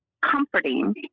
comforting